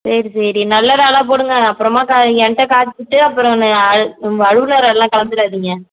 சரி சரி நல்லறாலாக போடுங்க அப்புறமாக கா என்கிட்ட காமிச்சிட்டு அப்புறம் அழுகின இறாலெல்லாம் கலந்துடாதீங்க